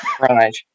Right